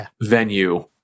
venue